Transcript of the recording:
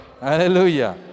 Hallelujah